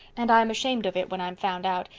and i'm ashamed of it when i'm found out,